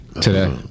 Today